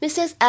Mrs